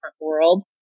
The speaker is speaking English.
world